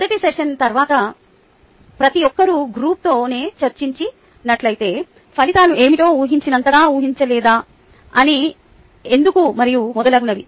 మొదటి సెషన్ తర్వాత ప్రతి ఒక్క గ్రూప్తో నేను చర్చించినట్లయితే ఫలితాలు ఏమిటో ఊహించినంతగా ఊహించలేదా అని ఎందుకు మరియు మొదలగునవి